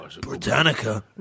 Britannica